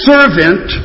Servant